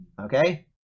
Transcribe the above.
Okay